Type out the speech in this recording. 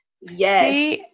yes